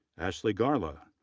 ashley garla,